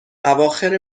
اواخر